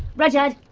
rudyard!